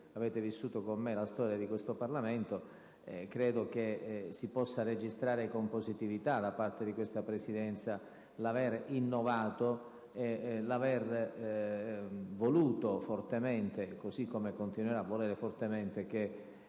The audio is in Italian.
avete vissuto con me la storia di questo Parlamento - credo si possa registrare con positività da parte di questa Presidenza aver innovato e aver voluto fortemente, così come continuerà a volere fortemente, che